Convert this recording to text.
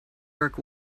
work